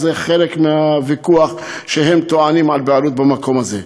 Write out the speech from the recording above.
זה חלק מהוויכוח, שהם טוענים על בעלות במקום הזה.